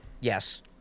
Yes